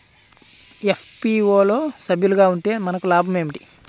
FPO లో సభ్యులుగా ఉంటే మనకు లాభం ఏమిటి?